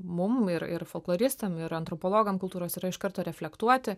mum ir ir folkloristam ir antropologam kultūros yra iš karto reflektuoti